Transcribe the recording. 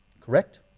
correct